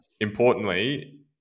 importantly